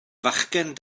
fachgen